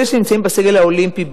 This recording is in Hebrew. אלה שנמצאים בסגל האולימפי,